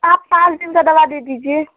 आप सात दिन की दवा दे दीजिए